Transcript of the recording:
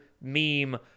meme